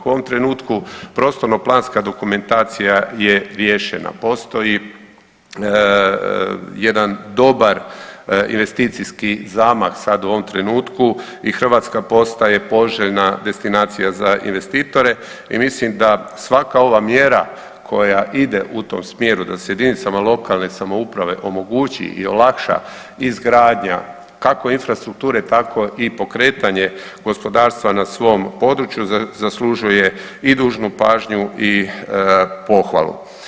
U ovom trenutku prostorno planska dokumentacija je riješena, postoji jedan dobar investicijski zamah sad u ovom trenutku i Hrvatska postaje poželjna destinacija za investitore i mislim da svaka ova mjera koja ide u tom smjeru da se JLS-ovima omogući i olakša izgradnja kako infrastrukture tako i pokretanje gospodarstva na svom području, zaslužuje i dužnu pažnju i pohvalu.